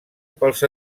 pels